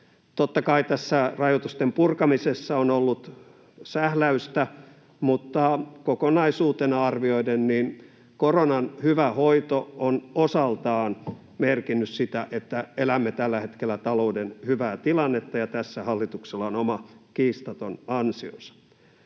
Totta kai tässä rajoitusten purkamisessa on ollut sähläystä, mutta kokonaisuutena arvioiden koronan hyvä hoito on osaltaan merkinnyt sitä, että elämme tällä hetkellä talouden hyvää tilannetta, ja tässä hallituksella on oma kiistaton ansionsa.